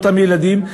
אותם ילדים,